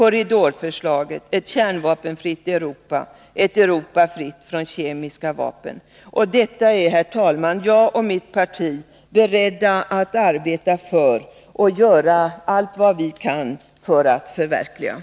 Jag och mitt parti är, herr talman, beredda att göra allt vad vi kan för att förverkliga korridorförslaget och uppnå ett Europa fritt från kärnvapen och kemiska vapen.